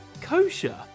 kosher